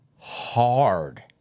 hard